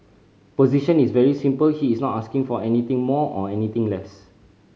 position is very simple he is not asking for anything more or anything less